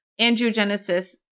angiogenesis